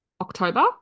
October